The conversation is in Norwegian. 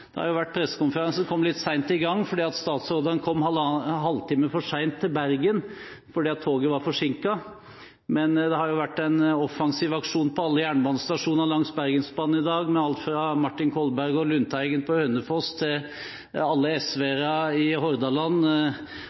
Det har jo vært pressekonferanse. Den kom litt sent i gang, fordi statsråden kom en halv time for sent til Bergen på grunn av at toget var forsinket. Det har jo vært en offensiv aksjon på alle jernbanestasjonene langs Bergensbanen i dag, med alt fra Martin Kolberg og Per Olaf Lundteigen på Hønefoss til alle SV-ere i Hordaland